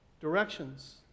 directions